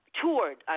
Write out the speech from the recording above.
toured